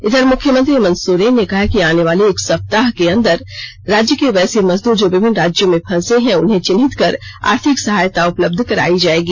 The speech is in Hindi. इधर मुख्यमंत्री हेमंत सोरेन ने कहा है कि आने वाले एक सप्ताह के अंदर राज्य के वैसे मजदूर जो विभिन्न राज्यों में फंसे हैं उन्हें चिन्हित कर आर्थिक सहायता उपलब्ध करायी जायेगी